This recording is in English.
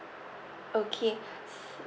okay